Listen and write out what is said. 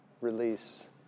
release